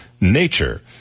Nature